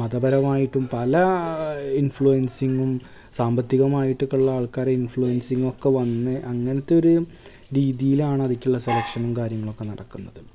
മതപരമായിട്ടും പല ഇന്ഫ്ലുവെന്സിങ്ങും സാമ്പത്തികമായിട്ടൊക്കെയുള്ള ആള്ക്കാരെ ഇന്ഫ്ലുവെന്സിങ്ങൊക്കെ വന്ന് അങ്ങനത്തൊരു രീതിയിലാണ് അതിലേക്കുള്ള സെലക്ഷനും കാര്യങ്ങളും ഒക്കെ നടക്കുന്നത്